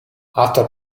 автор